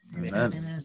amen